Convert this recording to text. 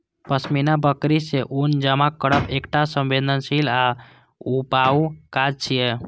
पश्मीना बकरी सं ऊन जमा करब एकटा संवेदनशील आ ऊबाऊ काज छियै